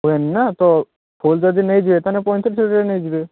ହୁଏନି ନା ତ ଫୁଲ୍ ଯଦି ନେଇଯିବେ ତାହେଲେ ପଇଁତିରିଶରେ ଦେଇ ନେଇଯିବେ